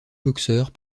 boxeurs